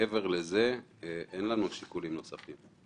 מעבר לזה אין לנו שיקולים נוספים.